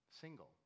single